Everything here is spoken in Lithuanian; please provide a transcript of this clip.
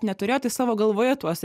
neturėjo tai savo galvoje tuos